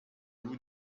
loup